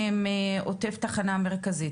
מעוטף התחנה המרכזית.